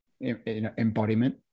embodiment